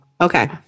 Okay